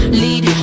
lead